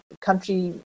country